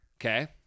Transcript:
Okay